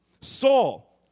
Saul